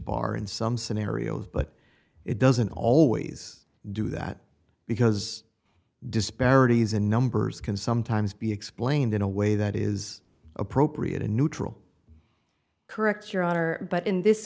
bar in some scenarios but it doesn't always do that because disparities in numbers can sometimes be explained in a way that is appropriate and neutral correct your honor but in this